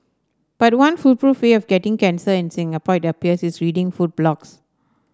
but one foolproof way of getting cancer in Singapore it appears is reading food blogs